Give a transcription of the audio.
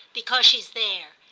because she's there,